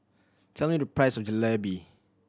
tell me the price of Jalebi